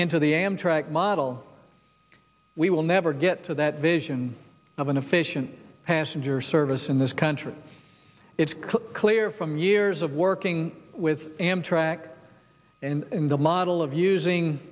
into the amtrak model we will never get to that vision of an efficient passenger service in this country it's clear from years of working with amtrak in the model of